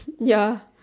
ya